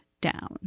down